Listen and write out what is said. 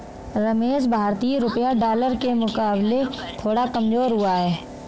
रमेश भारतीय रुपया डॉलर के मुकाबले थोड़ा कमजोर हुआ है